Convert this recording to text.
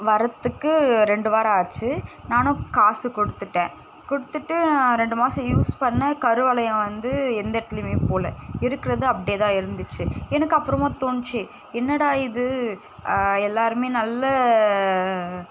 வர்றத்துக்கு ரெண்டு வாரம் ஆச்சு நானும் காசு கொடுத்துட்டேன் கொடுத்துட்டு ரெண்டு மாதம் யூஸ் பண்ணேன் கருவளையம் வந்து எந்த இடத்துலையுமே போகல இருக்கிறது அப்படியே தான் இருந்துச்சு எனக்கு அப்புறமா தோணுச்சு என்னடா இது எல்லாருமே நல்ல